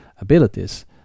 abilities